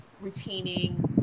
retaining